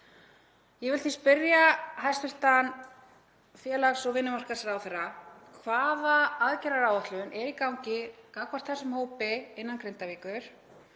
Ég vil því spyrja hæstv. félags- og vinnumarkaðsráðherra: Hvaða aðgerðaáætlun er í gangi gagnvart þessum hópi innan Grindavíkur?